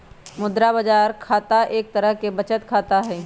मुद्रा बाजार खाता एक तरह के बचत खाता हई